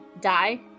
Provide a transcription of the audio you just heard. die